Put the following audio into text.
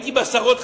הייתי בעשרות חברות,